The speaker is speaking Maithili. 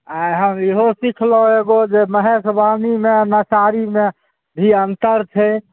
आइ हम इहो सिखलहुँ एगो जे महेशवाणीमे आ नचारीमे भी अन्तर छै